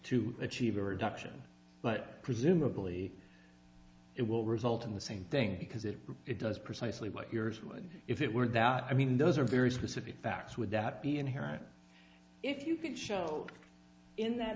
to achieve a reduction but presumably it will result in the same thing because it it does precisely what yours would if it were that i mean those are very specific facts would that be inherent if you could show in that